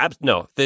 no